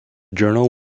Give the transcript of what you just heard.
journal